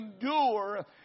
endure